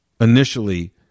initially